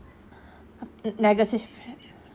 negative